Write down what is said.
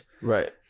Right